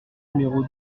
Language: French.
numéro